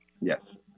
Yes